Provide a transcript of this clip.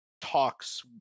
talks